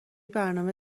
برنامه